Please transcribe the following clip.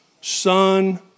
Son